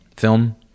film